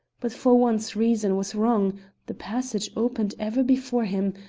but for once reason was wrong the passage opened ever before him,